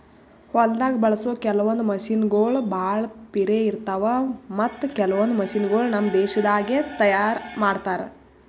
ಹೊಲ್ದಾಗ ಬಳಸೋ ಕೆಲವೊಂದ್ ಮಷಿನಗೋಳ್ ಭಾಳ್ ಪಿರೆ ಇರ್ತಾವ ಮತ್ತ್ ಕೆಲವೊಂದ್ ಮಷಿನಗೋಳ್ ನಮ್ ದೇಶದಾಗೆ ತಯಾರ್ ಮಾಡ್ತಾರಾ